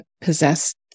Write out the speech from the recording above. possessed